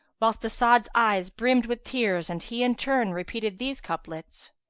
whilst as'ad's eyes brimmed with tears and he in turn repeated these couplets,